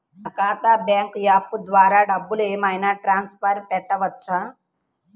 నా ఖాతా bank app ద్వారా డబ్బులు ఏమైనా ట్రాన్స్ఫర్ పెట్టుకోవచ్చా?